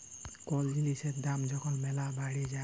call জিলিসের দাম যখল ম্যালা বাইড়ে যায়